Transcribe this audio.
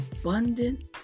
abundant